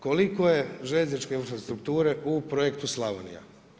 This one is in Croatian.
Koliko je željezničke infrastrukture u projektu Slavonija.